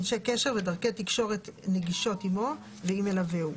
אנשי קשר ודרכי תקשורת נגישות עמו ועם מלווהו.